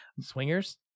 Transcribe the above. Swingers